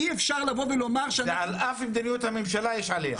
ועל אף מדיניות הממשלה יש עלייה.